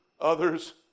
others